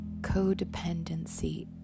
codependency